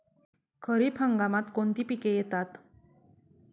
खरीप हंगामात कोणती पिके येतात?